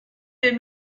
del